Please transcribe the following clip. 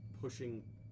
pushing